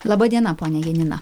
laba diena ponia janina